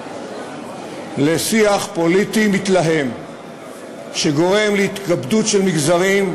לשיח פוליטי מתלהם שגורם להתקפדות של מגזרים,